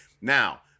Now